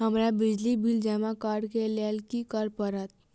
हमरा बिजली बिल जमा करऽ केँ लेल की करऽ पड़त?